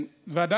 זה לא נכון.